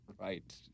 Right